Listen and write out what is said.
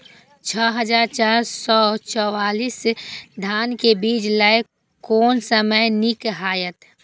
छः हजार चार सौ चव्वालीस धान के बीज लय कोन समय निक हायत?